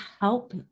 help